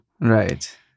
Right